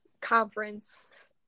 conference